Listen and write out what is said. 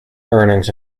earnings